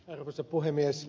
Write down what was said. arvoisa puhemies